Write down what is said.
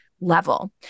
level